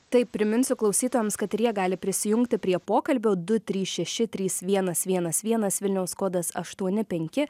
taip priminsiu klausytojams kad ir jie gali prisijungti prie pokalbio du trys šeši trys vienas vienas vienas vilniaus kodas aštuoni penki